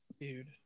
Dude